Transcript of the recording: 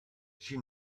she